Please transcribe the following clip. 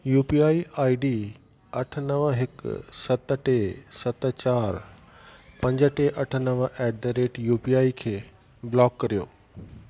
U P I I D अठ नव हिकु सत टे सत चारि पंज टे अठ नव at the rate U P I खे ब्लॉक करियो